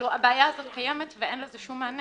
הבעיה הזאת קיימת ואין לזה שום מענה.